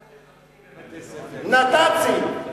מה עם מחנכים בבתי-הספר?